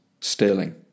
Sterling